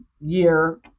year